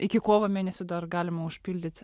iki kovo mėnesio dar galima užpildyt